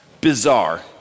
bizarre